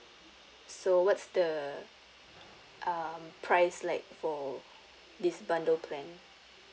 so what's the um price like for this bundle plan